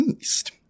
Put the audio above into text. East